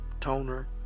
Toner